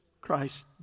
Christ